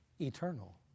Eternal